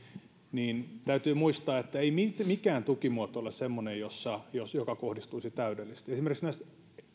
niin täytyy muistaa että ei mikään tukimuoto ole semmoinen joka kohdistuisi täydellisesti esimerkiksi näistä